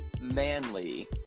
manly